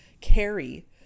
carry